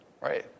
right